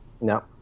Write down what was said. No